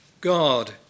God